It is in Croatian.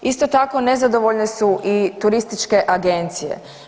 Isto tako nezadovoljne su i turističke agencije.